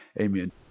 Amen